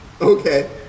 okay